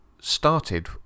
started